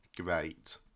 great